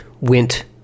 went